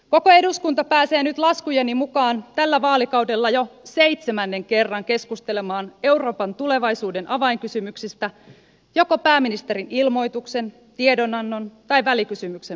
koko eduskunta pääsee nyt laskujeni mukaan tällä vaalikaudella jo seitsemännen kerran keskustelemaan euroopan tulevaisuuden avainkysymyksistä joko pääministerin ilmoituksen tiedonannon tai välikysymyksen muodossa